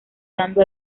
dando